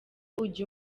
ujya